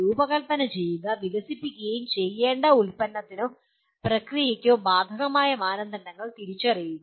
രൂപകൽപ്പന ചെയ്യുകയും വികസിപ്പിക്കുകയും ചെയ്യേണ്ട ഉൽപ്പന്നത്തിനോ പ്രക്രിയയ്ക്കോ ബാധകമായ മാനദണ്ഡങ്ങൾ തിരിച്ചറിയുക